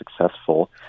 successful